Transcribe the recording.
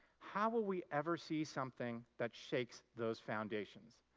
how will we ever see something that shakes those foundations?